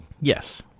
yes